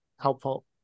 helpful